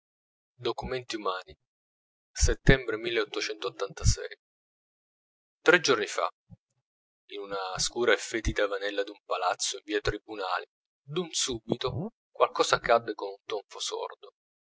documenti umani settembre tre giorni fa in una scura e fetida vanella d'un palazzo in via tribunali d'un subito qualcosa cadde con un tonfo sordo